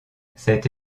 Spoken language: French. cette